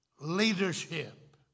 Leadership